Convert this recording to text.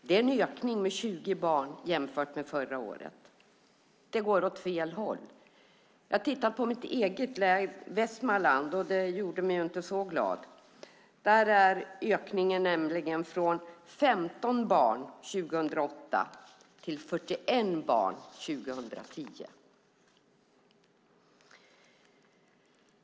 Det är en ökning med 20 barn jämfört med förra året. Det går åt fel håll. Jag tittade på mitt eget län, Västmanland. Det gjorde mig inte glad. Där är ökningen från 15 barn 2008 till 41 barn 2010.